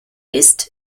ist